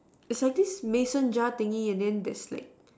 there's like this Mason jar thingy then there's like